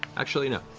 actually, no.